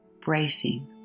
bracing